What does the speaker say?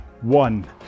one